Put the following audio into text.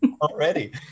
Already